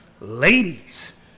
Ladies